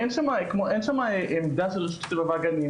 אין שם עמדה של רשות הטבע והגנים,